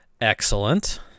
Excellent